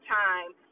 time